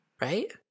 Right